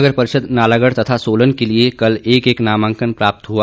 नगर परिषद नालागढ़ तथा सोलन के लिए कल एक एक नामांकन प्राप्त हुआ